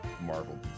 Marvel